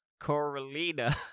Coralina